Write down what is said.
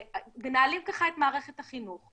מנהלים ככה את מערכת החינוך.